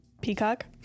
Peacock